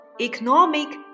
economic